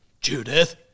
Judith